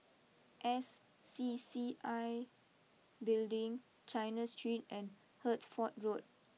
S C C I Building China Street and Hertford Road